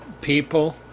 people